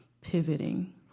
pivoting